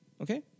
Okay